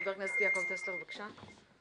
חבר הכנסת יעקב טסלר, בבקשה.